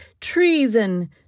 Treason